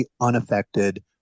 unaffected